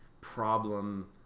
problem